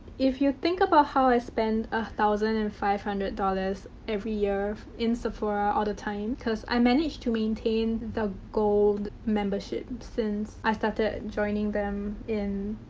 if you think about how i spend one ah thousand and five hundred dollars every year in sephora all the time, cause i managed to maintain the gold membership since i started joining them in.